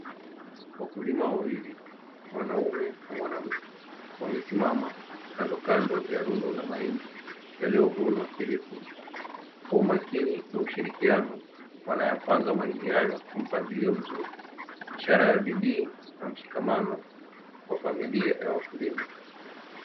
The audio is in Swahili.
Wakulima wawili mwanaume na Mwanamke, wamesimama kandokando ya rundo la mahindi yaliyovunwa hivi punde. Kwa umakini na ushirikiano wanayapanga mahindi hayo kwa mpangilio mzuri, ishara ya bidii na mshikamano wa familia ya wakulima.